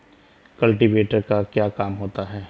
Cultivator का क्या काम होता है?